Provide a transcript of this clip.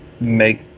make